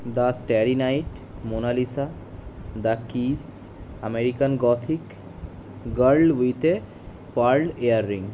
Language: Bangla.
the starry night Mona Lisa the kiss American gothic girl with a pearl earring